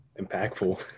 impactful